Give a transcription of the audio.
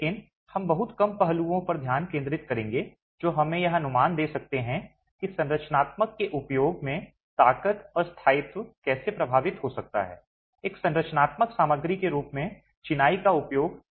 लेकिन हम बहुत कम पहलुओं पर ध्यान केंद्रित करेंगे जो हमें यह अनुमान दे सकते हैं कि संरचनात्मक के उपयोग में ताकत और स्थायित्व कैसे प्रभावित हो सकता है एक संरचनात्मक सामग्री के रूप में चिनाई का उपयोग